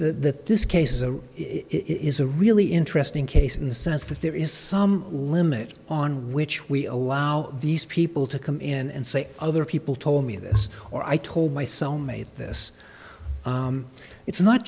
this case is a it is a really interesting case in the sense that there is some limit on which we allow these people to come in and say other people told me this or i told my so made this it's not